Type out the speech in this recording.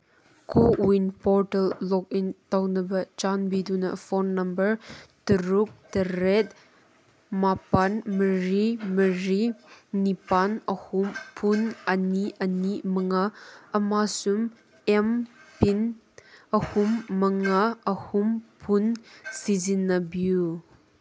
CoWIN portal login ꯇꯧꯅꯕ ꯆꯥꯟꯕꯤꯗꯨꯅ phone number ꯇꯔꯨꯛ ꯇꯔꯦꯠ ꯃꯥꯄꯟ ꯃꯔꯤ ꯃꯔꯤ ꯅꯤꯄꯥꯟ ꯑꯍꯨꯝ ꯐꯨꯟ ꯑꯅꯤ ꯑꯅꯤ ꯃꯉꯥ ꯑꯃꯁꯨꯡ ꯑꯦꯝ ꯄꯤꯟ ꯑꯍꯨꯝ ꯃꯉꯥ ꯑꯍꯨꯝ ꯐꯨꯟ ꯁꯤꯖꯤꯟꯅꯕꯤꯌꯨ